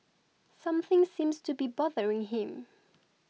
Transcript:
something seems to be bothering him